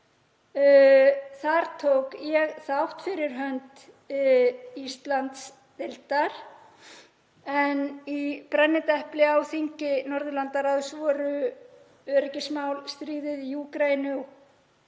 Þar tók ég þátt fyrir hönd Íslandsdeildar en í brennidepli á þingi Norðurlandaráðs voru öryggismál, stríðið í Úkraínu